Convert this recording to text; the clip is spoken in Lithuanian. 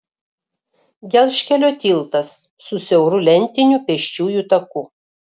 gelžkelio tiltas su siauru lentiniu pėsčiųjų taku